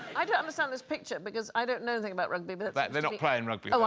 i don't understand this picture because i don't know anything about rugby, but they're not playing rugby. oh i